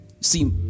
see